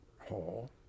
hall